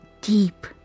deep